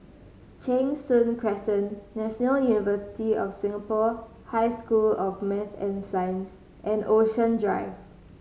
Cheng Soon Crescent National University of Singapore High School of Maths and Science and Ocean Drive